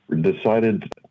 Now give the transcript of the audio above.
decided